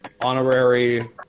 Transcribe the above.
honorary